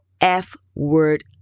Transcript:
F-word